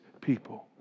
people